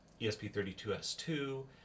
ESP32S2